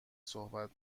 صحبت